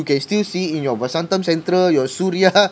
you can still see in your vasantham central your suria